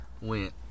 Went